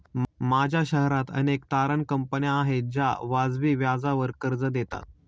माझ्या शहरात अनेक तारण कंपन्या आहेत ज्या वाजवी व्याजावर कर्ज देतात